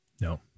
No